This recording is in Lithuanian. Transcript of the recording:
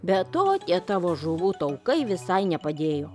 be to tie tavo žuvų taukai visai nepadėjo